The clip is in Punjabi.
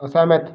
ਅਸਹਿਮਤ